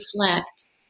reflect